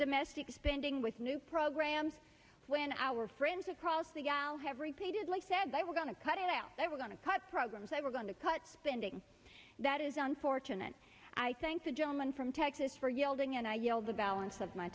domestic spending with new programs when our friends across the aisle have repeatedly said they were going to cut it out they were going to cut programs they were going to cut spending that is unfortunate i thank the gentleman from texas for yolden and i yelled the balance of my